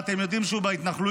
ואתם יודעים שהוא בהתנחלויות,